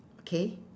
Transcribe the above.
okay